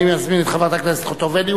אני מזמין את חברת הכנסת חוטובלי,